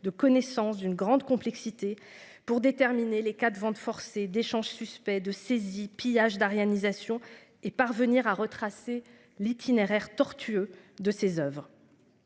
de connaissance. D'une grande complexité pour déterminer les cas de vente forcée d'échanges suspects de saisie pillage d'aryanisation et parvenir à retracer l'itinéraire tortueux de ses Oeuvres.